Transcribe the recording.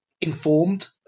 informed